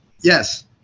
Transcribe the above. Yes